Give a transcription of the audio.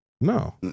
No